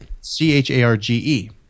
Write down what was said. C-H-A-R-G-E